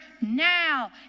now